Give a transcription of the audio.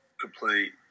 complete